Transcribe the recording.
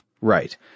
Right